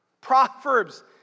Proverbs